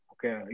Okay